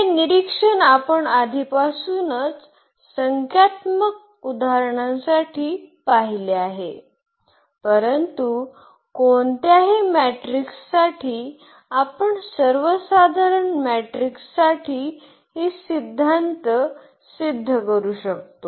हे निरीक्षण आपण आधीपासूनच संख्यात्मक उदाहरणांसाठी पाहिले आहे परंतु कोणत्याही मेट्रिक्ससाठी आपण सर्वसाधारण मॅट्रिक्ससाठी हे सिद्धांत सिद्ध करू शकतो